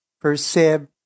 perceive